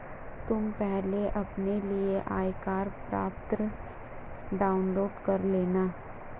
तुम पहले अपने लिए आयकर प्रपत्र डाउनलोड कर लेना